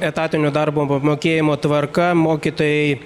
etatinio darbo mokėjimo tvarka mokytojai